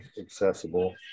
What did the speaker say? accessible